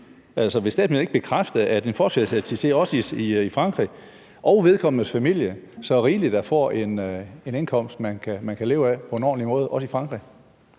Vil statsministeren ikke bekræfte, at en forsvarsattaché og vedkommendes familie så rigeligt får en indkomst, man kan leve af på en ordentlig måde, også i Frankrig?